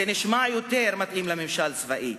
זה נשמע יותר מתאים לממשל צבאי.